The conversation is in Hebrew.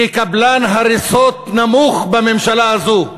כקבלן הריסות נמוך בממשלה הזאת.